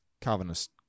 Calvinist